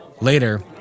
Later